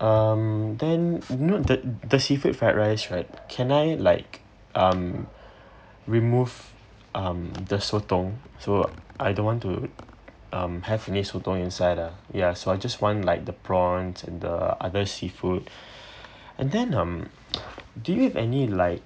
um then note that the seafood fried rice right can I like um remove um the sotong I don't want to um have meat sotong inside ah ya so I just want like the prawns and the other seafood and then um do you have any like